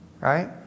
right